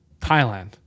Thailand